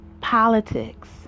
politics